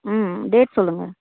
ம் டேட் சொல்லுங்கள்